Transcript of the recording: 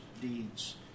deeds